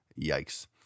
Yikes